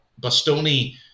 Bastoni